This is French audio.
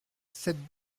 cette